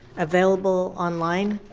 available online.